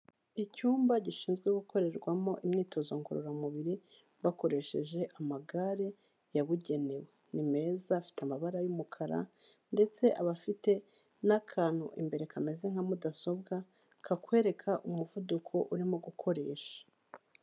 Icyumba gishinzwe gukorerwamo imyitozo ngororamubiri, bakoresheje amagare yabugenewe, ni meza afite amabara y'umukara, ndetse aba afite n'akantu imbere kameze nka mudasobwa, kakwereka umuvuduko urimo gukoresha.